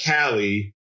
Callie